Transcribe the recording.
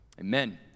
Amen